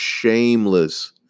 Shameless